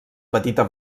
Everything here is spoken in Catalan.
petita